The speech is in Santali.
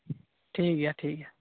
ᱴᱷᱤᱠ ᱜᱮᱭᱟ ᱴᱷᱤᱠ ᱜᱮᱭᱟ